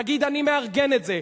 תגיד: אני מארגן את זה.